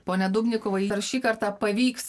pone dubnikovai ar šį kartą pavyks